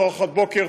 אחרי ארוחת בוקר,